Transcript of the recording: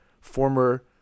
former